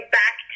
back